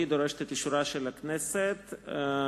בדבר הרכב הוועדה שתדון בהצעת חוק לתיקון פקודת בתי-הסוהר (מס' 40)